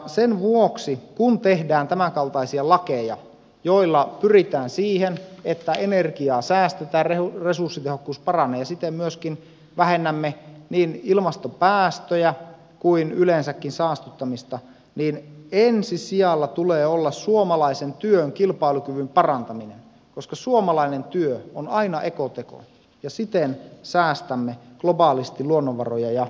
sen vuoksi kun tehdään tämänkaltaisia lakeja joilla pyritään siihen että energiaa säästetään resurssitehokkuus paranee ja siten myöskin vähennämme niin ilmastopäästöjä kuin yleensäkin saastuttamista niin ensisijalla tulee olla suomalaisen työn kilpailukyvyn parantaminen koska suomalainen työ on aina ekoteko ja siten säästämme globaalisti luonnonvaroja